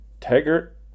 Taggart